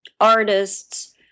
artists